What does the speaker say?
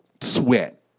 sweat